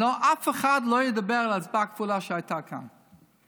הלוא אף אחד לא ידבר על ההצבעה הכפולה שהייתה כאן.